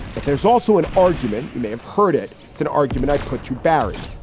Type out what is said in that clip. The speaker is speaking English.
but there's also an argument. you may have heard it. it's an argument i put you, barry.